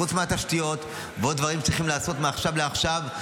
חוץ מהתשתיות ועוד דברים שצריכים להיעשות מעכשיו לעכשיו,